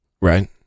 Right